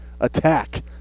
attack